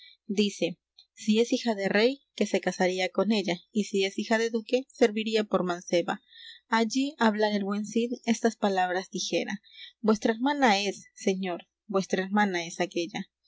dice si es hija de rey que se casaría con ella y si es hija de duque serviría por manceba allí hablara el buen cid estas palabras dijera vuestra hermana es señor vuestra hermana es aquella